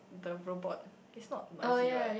the robot it's not noisy [what]